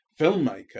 filmmaker